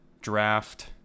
draft